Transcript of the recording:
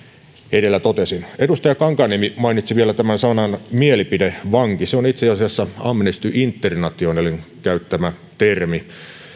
edellä totesin edustaja kankaanniemi mainitsi sanan mielipidevanki se on itse asiassa amnesty internationalin käyttämä termi